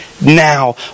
now